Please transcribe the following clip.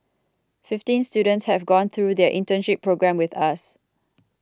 fifteen students have gone through their internship programme with us